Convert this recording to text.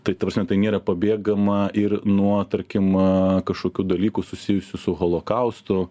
tai ta prasme tai nėra pabėgama ir nuo tarkim kažkokių dalykų susijusių su holokaustu